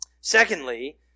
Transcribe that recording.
Secondly